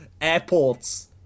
airports